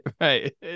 right